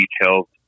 details